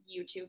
YouTube